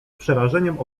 przerażeniem